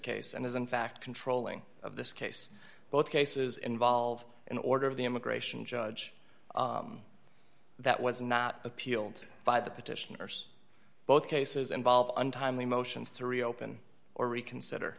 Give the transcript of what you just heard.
case and is in fact controlling of this case both cases involve an order of the immigration judge that was not appealed by the petitioners both cases involve untimely motions to reopen or reconsider